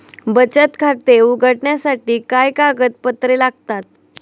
बचत खाते उघडण्यासाठी काय कागदपत्रे लागतात?